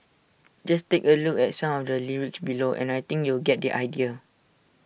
just take A look at some of the lyrics below and I think you'll get the idea